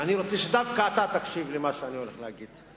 ואני רוצה שדווקא אתה תקשיב למה שאני הולך להגיד,